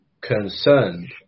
concerned